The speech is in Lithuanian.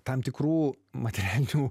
tam tikrų materialinių